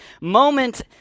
moment